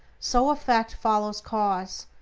so effect follows cause,